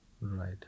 Right